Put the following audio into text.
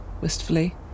wistfully